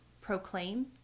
proclaim